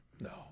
No